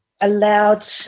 allowed